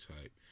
type